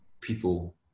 people